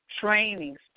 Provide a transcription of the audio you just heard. trainings